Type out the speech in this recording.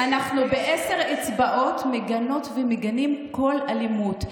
אנחנו בעשר אצבעות מגנות ומגנים כל אלימות.